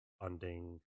funding